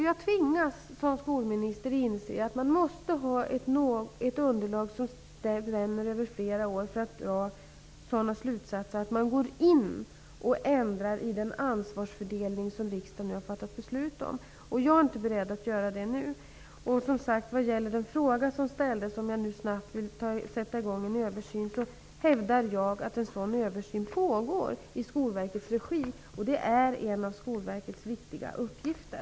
Jag tvingas som skolminister inse att man måste ha ett underlag som spänner över flera år för att man skall kunna dra sådana slutsatser att man går in och ändrar i den ansvarsfördelning som riksdagen har fattat beslut om. Jag är inte beredd att göra det nu. Eva Johansson frågade om jag nu snabbt vill sätta i gång med en översyn, men jag hävdar att en sådan översyn pågår i Skolverkets regi, och det är en av Skolverkets viktiga uppgifter.